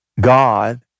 God